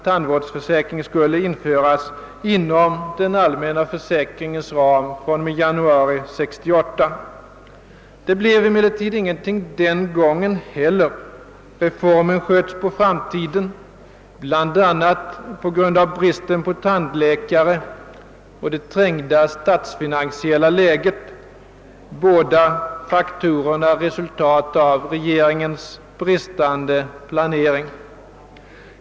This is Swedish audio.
tandvårdsförsäkring skulle införas inom den allmänna försäkringens ram från och med januari 1968. Det blev emellertid ingenting den gången heller; reformen sköts på framtiden bl.a. på grund av bristen på tandläkare och det trängda statsfinansiella läget — båda faktorerna resultat av regeringens bristande planering.